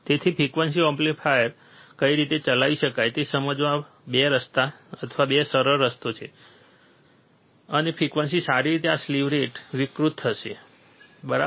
તેથી frequency operational amplifier કઈ રીતે ચલાવી શકાય તે સમજવાના 2 રસ્તા અથવા સરળ રસ્તો છે અને ફ્રીક્વન્સી સારી રીતે આ સ્લીવ રેટ વિકૃત થશે બરાબર